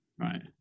right